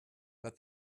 but